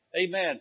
Amen